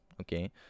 okay